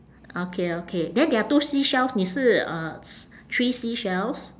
okay okay then there are two seashells 你是 uh s~ three seashells